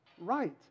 right